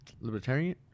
libertarian